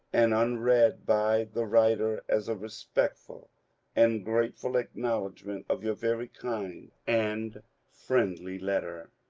and unread by the writer, as a respectful and grateful acknowledgment of your very kind and friendly letter.